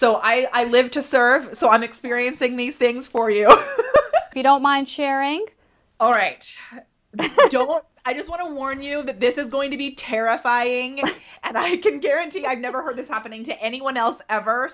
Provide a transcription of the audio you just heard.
so i live to serve so i'm experiencing these things for you if you don't mind sharing all right but i just want to warn you that this is going to be terrifying and i can guarantee you i've never heard this happening to anyone else ever